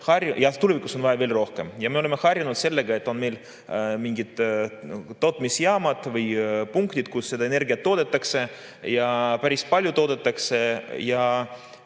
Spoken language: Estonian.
Ja tulevikus on vaja veel rohkem [elektrit]. Me oleme harjunud sellega, et meil on mingid tootmisjaamad või ‑punktid, kus seda energiat toodetakse, päris palju toodetakse ja